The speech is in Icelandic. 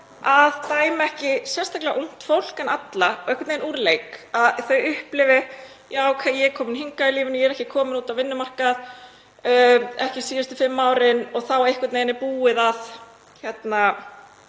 að dæma ekki, sérstaklega ungt fólk en líka alla, einhvern veginn úr leik, að þau upplifi ekki: Já, ókei, ég er kominn hingað í lífinu, ég er ekki kominn út á vinnumarkað, ekki síðustu fimm árin, og þá er einhvern veginn búið bara